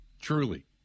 truly